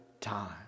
time